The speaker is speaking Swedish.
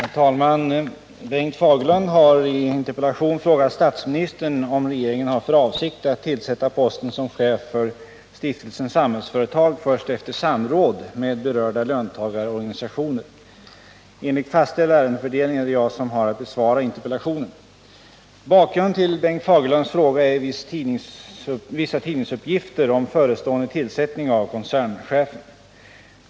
Herr talman! Bengt Fagerlund har i en interpellation frågat statsministern om regeringen har för avsikt att tillsätta posten som chef för Stiftelsen Samhällsföretag först efter samråd med berörda löntagarorganisationer. Enligt fastställd ärendefördelning är det jag som har att besvara interpellationen. Bakgrunden till Bengt Fagerlunds fråga är vissa tidningsuppgifter om förestående tillsättning av koncernchefen.